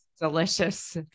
delicious